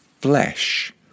flesh